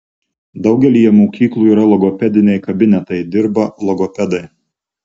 daugelyje mokyklų yra logopediniai kabinetai dirba logopedai